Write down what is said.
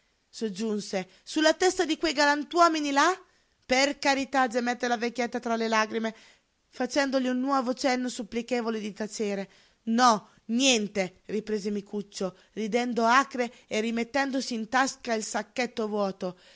soggiunse sulla testa di quei galantuomini là per carità gemette la vecchina tra le lagrime facendogli un nuovo cenno supplichevole di tacere no niente riprese micuccio ridendo acre e rimettendosi in tasca il sacchetto vuoto